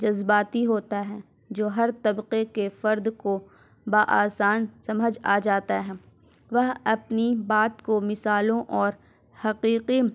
جذباتی ہوتا ہے جو ہر طبقے کے فرد کو بآسان سمجھ آ جاتا ہے وہ اپنی بات کو مثالوں اور حقیقی